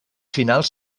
finals